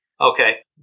Okay